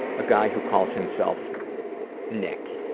a guy who calls himself nick,